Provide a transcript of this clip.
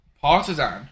Partisan